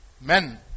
men